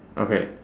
okay